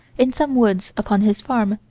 in some woods upon his farm,